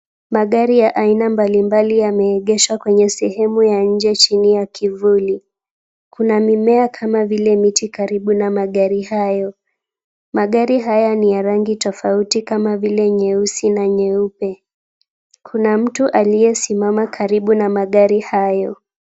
Magari ya aina mbali mbali yameegeshwa kwenye sehemu ya nje chini ya kivuli. Kuna mimea kama vile miti karibu na magari hayo. Magari hayo ni ya rangi tofauti kama vile nyeusi na nyeupe. Kuna mtu aliyesimama karibu na magari hayo.